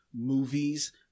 movies